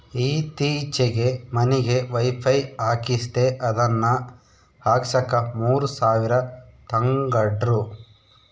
ಈತ್ತೀಚೆಗೆ ಮನಿಗೆ ವೈಫೈ ಹಾಕಿಸ್ದೆ ಅದನ್ನ ಹಾಕ್ಸಕ ಮೂರು ಸಾವಿರ ತಂಗಡ್ರು